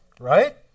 right